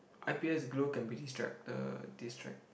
I_P_S glow can be distractor distract